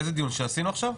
איזה דיון, זה שעשינו עכשיו?